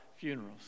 funerals